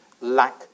lack